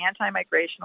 anti-migrational